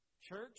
Church